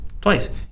Twice